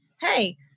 hey